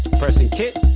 pressing kit,